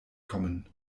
kommen